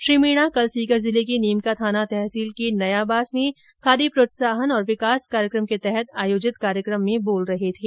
श्री मीणा कल सीकर जिले के नीम का थाना तहसील के नयाबास में खादी प्रोत्साहन और विकास कार्यक्रम के तहत आयोजित कार्यक्रम में बोल रहे थे